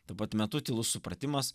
tuo pat metu tylus supratimas